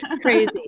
crazy